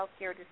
healthcare